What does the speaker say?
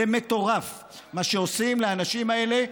זה מטורף מה שעושים לאנשים האלה.